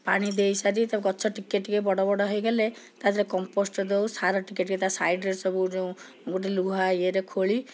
ପାଣି ଦେଇସାରି ତାକୁ ଗଛ ଟିକିଏ ଟିକିଏ ବଡ଼ ବଡ଼ ହେଇଗଲେ ତା' ଦେହରେ କମ୍ପୋଷ୍ଟ ଦେଉ ସାର ତା'ର ଟିକିଏ ଟିକିଏ ସାଇଡ଼ରେ ସବୁ ଯେଉଁ ଗୋଟେ ଲୁହା ଇଏରେ ଖୋଳି